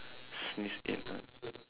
sneeze eight